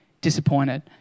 disappointed